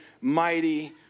mighty